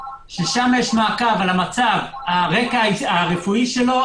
ששם יש מעקב על הרקע הרפואי שלו,